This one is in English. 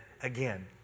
again